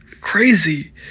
Crazy